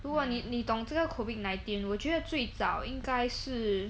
如果你你懂这个 COVID nineteen 我觉得最早应该是